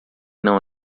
não